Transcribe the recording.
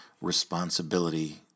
responsibility